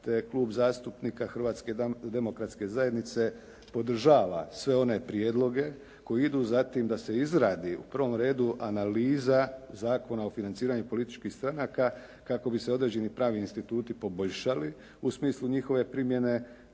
te Klub zastupnika Hrvatske demokratske zajednice podržava sve one prijedloge koji idu za tim da se izradi u prvom redu analiza Zakona o financiranju političkih stranaka kako bi se određeni pravni instituti poboljšali u smislu njihove primjene,